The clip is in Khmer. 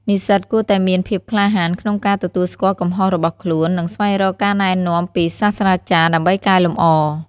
និស្សិតគួរតែមានភាពក្លាហានក្នុងការទទួលស្គាល់កំហុសរបស់ខ្លួន និងស្វែងរកការណែនាំពីសាស្រ្តាចារ្យដើម្បីកែលម្អ។